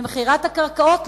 שיווק הקרקעות,